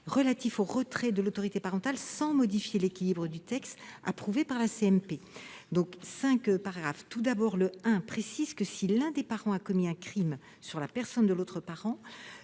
relatif au retrait de l'autorité parentale, sans modifier l'équilibre du texte approuvé par la commission mixte paritaire. Le paragraphe I tend à préciser que, si l'un des parents a commis un crime sur la personne de l'autre parent,